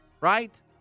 right